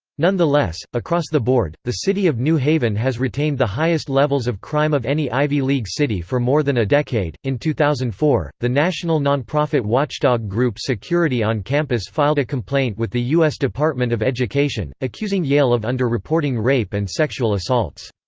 nonetheless, across the board, the city of new haven has retained the highest levels of crime of any ivy league city for more than a decade in two thousand and four, the national non-profit watchdog group security on campus filed a complaint with the u s. department of education, accusing yale of under-reporting rape and sexual assaults.